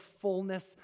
fullness